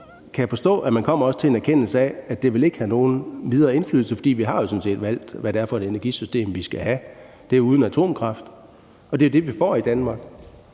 jeg forstå, at man også kommer til en erkendelse af, at det ikke vil have nogen videre indflydelse, fordi vi jo sådan set har valgt, hvad det er for et energisystem, vi skal have. Det er et system uden atomkraft; det er jo det, vi får i Danmark.